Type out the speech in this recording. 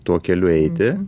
tuo keliu eiti